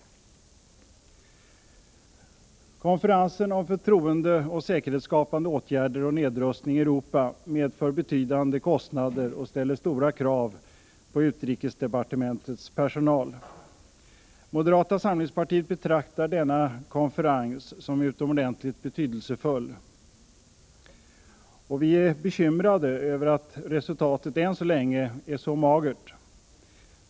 Konferensen om förtroendeoch säkerhetsskapande åtgärder och nedrustning i Europa medför betydande kostnader och ställer stora krav på utrikesdepartementets personal. Moderata samlingspartiet betraktar denna konferens som utomordentligt betydelsefull, och vi är bekymrade över att resultatet än så länge är så magert.